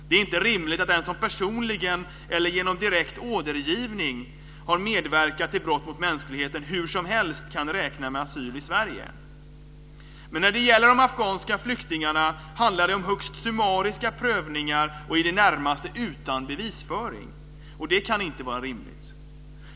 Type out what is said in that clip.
Det är inte rimligt att den som personligen eller genom direkt ordergivning har medverkat till brott mot mänskligheten hur som helst kan räkna med asyl i Sverige. Men när det gäller de afghanska flyktingarna handlar det om högst summariska prövningar, i det närmaste utan bevisföring, och det kan inte vara rimligt.